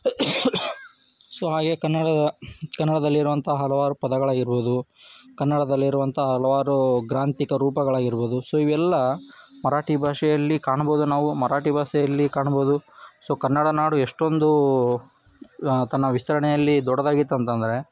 so ಹಾಗೇ ಕನ್ನಡದ ಕನ್ನಡದಲ್ಲಿ ಇರುವಂಥ ಹಲವಾರು ಪದಗಳಾಗಿರ್ಬೋದು ಕನ್ನಡದಲ್ಲಿರುವಂಥ ಹಲವಾರು ಗ್ರಾಂಥಿಕ ರೂಪಗಳಾಗಿರ್ಬೋದು ಸೊ ಇವೆಲ್ಲ ಮರಾಠಿ ಭಾಷೆಯಲ್ಲಿ ಕಾಣಬೌದು ನಾವು ಮರಾಠಿ ಭಾಷೆಯಲ್ಲಿ ಕಾಣಬೌದು ಸೊ ಕನ್ನಡ ನಾಡು ಎಷ್ಟೊಂದು ತನ್ನ ವಿಸ್ತರಣೆಯಲ್ಲಿ ದೊಡ್ದಾಗಿತ್ತು ಅಂತಂದರೆ